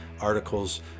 articles